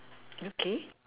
okay